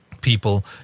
people